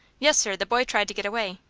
yes, sir the boy tried to get away.